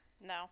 No